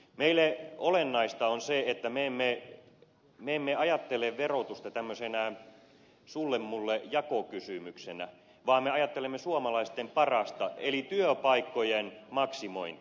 meille olennaista on se että me emme ajattele verotusta tämmöisenä sullemulle jakokysymyksenä vaan me ajattelemme suomalaisten parasta eli työpaikkojen maksimointia